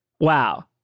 Wow